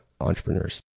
entrepreneurs